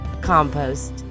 COMPOST